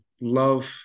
love